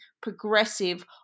progressive